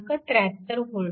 73 V आहे